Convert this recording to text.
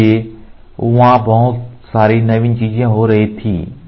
इसलिए वहाँ बहुत सारी नवीन चीजें हो रही थीं